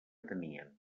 tenien